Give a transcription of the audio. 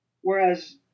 whereas